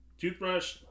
toothbrush